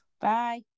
Bye